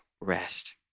rest